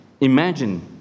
imagine